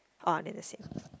all of them the same